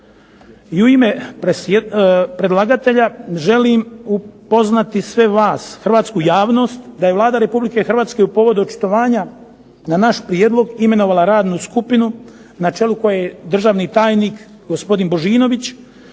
i u ime predlagatelja želim upoznati sve vas, hrvatsku javnost da je Vlada Republike Hrvatske u povodu očitovanja na naš prijedlog imenovala radnu skupinu na čelu koje je državni tajnik gospodin Božinović